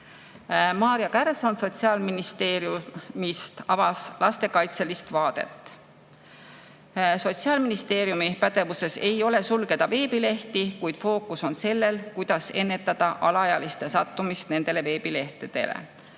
Maarja Kärson Sotsiaalministeeriumist avas lastekaitselist vaadet. Sotsiaalministeeriumi pädevuses ei ole sulgeda veebilehti. Fookus on sellel, kuidas ennetada alaealiste sattumist nendele veebilehtedele,